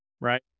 right